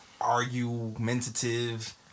argumentative